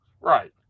Right